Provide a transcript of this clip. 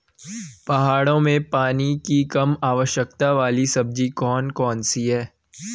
पहाड़ों में पानी की कम आवश्यकता वाली सब्जी कौन कौन सी हैं?